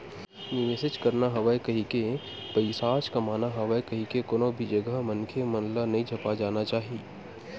निवेसेच करना हवय कहिके, पइसाच कमाना हवय कहिके कोनो भी जघा मनखे मन ल नइ झपा जाना चाही